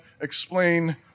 explain